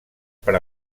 per